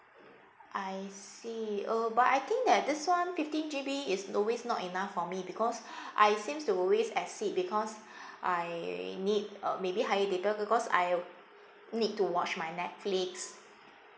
I see uh but I think that this [one] fifteen G_B is always not enough for me because I seems to always exceed because I need uh maybe higher data because I need to watch my netflix